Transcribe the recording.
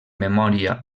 memòria